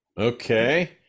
okay